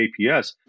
APS